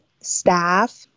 staff